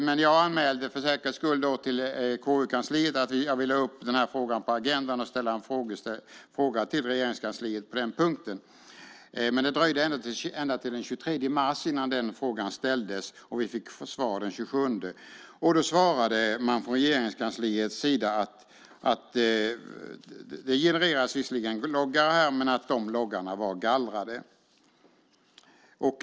Men jag anmälde för säkerhets skull till KU-kansliet att jag ville ha upp den här frågan på agendan och ställa en fråga till Regeringskansliet på den punkten. Men det dröjde ända till den 23 mars innan den frågan ställdes, och vi fick svar den 27 mars. Då svarade man från Regeringskansliets sida att det visserligen genererades loggar men att de var gallrade.